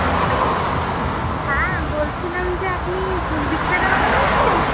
hello হ্যাঁ বলছিলাম যে আপনি ফুল বিক্রেতা দাদা বলছেন